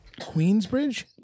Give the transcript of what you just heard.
Queensbridge